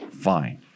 fine